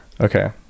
okay